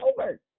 over